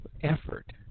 effort